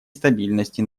стабильности